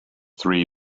three